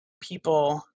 people